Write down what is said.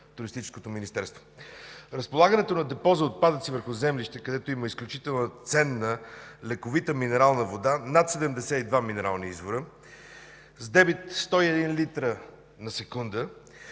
Министерството на туризма? Разполагането на депо за отпадъци върху землище, където има изключително ценна лековита минерална вода, над 72 минерални извора с дебит 101 литра на секунда;